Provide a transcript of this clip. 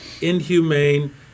inhumane